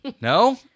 No